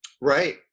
Right